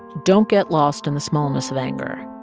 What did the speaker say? don't get lost in the smallness of anger.